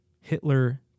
Hitler